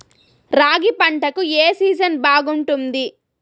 రాగి పంటకు, ఏ సీజన్ బాగుంటుంది?